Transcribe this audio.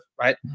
right